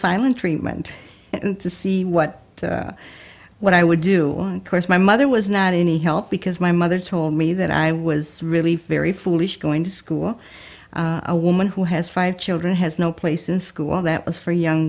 silent treatment to see what what i would do my mother was not any help because my mother told me that i was really very foolish going to school a woman who has five children has no place in school that was for young